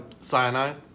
cyanide